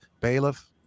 bailiff